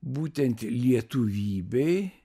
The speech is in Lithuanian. būtent lietuvybei